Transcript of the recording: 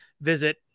visit